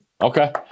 Okay